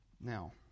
Now